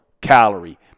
calorie